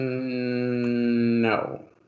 No